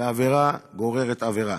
ועבירה גוררת עבירה".